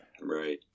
Right